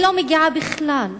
היא לא מגיעה בכלל,